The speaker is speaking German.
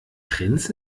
prinz